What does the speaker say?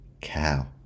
cow